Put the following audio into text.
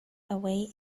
away